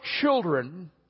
children